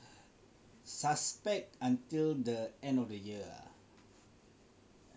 suspect until the end of the year ah